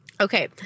Okay